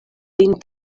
lin